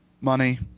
Money